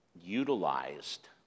utilized